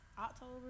October